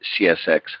CSX